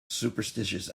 superstitious